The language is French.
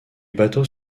bateaux